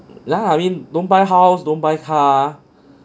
ya I mean don't buy house don't buy car